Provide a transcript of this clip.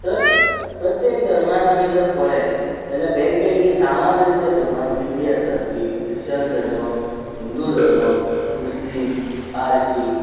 तर प्रत्येक धर्मान आमी जर पळयत जाल्यार वेगवेगळीं नांवां जरी त्या धर्मांक दिल्लीं आसत की ख्रिश्चन धर्म हिंदू धर्म मुस्लीम पारसी